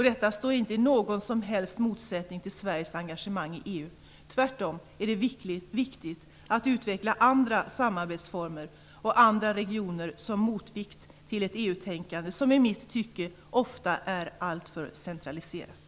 Detta står inte i någon som helst motsättning till Sveriges engagemang i EU. Tvärtom är det viktigt att utveckla andra samarbetsformer och andra regioner som motvikt till ett EU tänkande som i mitt tycke ofta är alltför centraliserat.